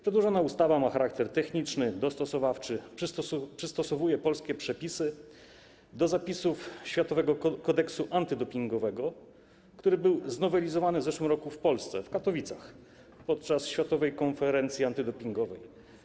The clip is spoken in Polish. Przedłożona ustawa ma charakter techniczny, dostosowawczy, przystosowuje polskie przepisy do zapisów Światowego Kodeksu Antydopingowego, który był znowelizowany w zeszłym roku w Polsce, w Katowicach, podczas Światowej Konferencji Antydopingowej.